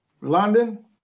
London